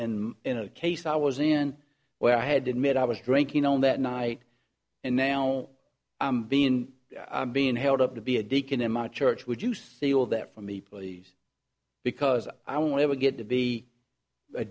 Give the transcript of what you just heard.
and in a case i was in where i had to admit i was drinking on that night and now being being held up to be a deacon in my church would you see all that for me please because i won't ever get to be a